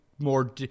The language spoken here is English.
More